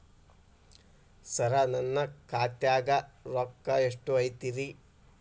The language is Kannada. ಸರ ನನ್ನ ಖಾತ್ಯಾಗ ರೊಕ್ಕ ಎಷ್ಟು ಐತಿರಿ?